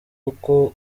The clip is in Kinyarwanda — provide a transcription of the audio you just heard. uko